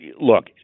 look